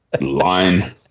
line